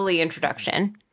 introduction